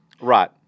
Right